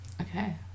Okay